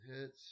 hits